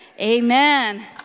amen